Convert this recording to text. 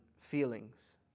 feelings